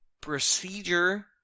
procedure